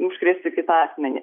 užkrėsti kitą asmenį